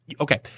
okay